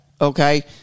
okay